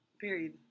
period